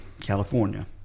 California